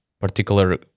particular